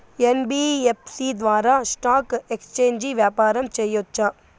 NBFC ద్వారా stock exchange వ్యాపారం సేయొచ్చా?